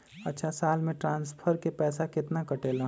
अछा साल मे ट्रांसफर के पैसा केतना कटेला?